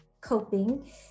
coping